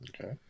Okay